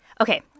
Okay